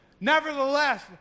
Nevertheless